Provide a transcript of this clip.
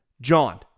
John